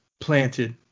planted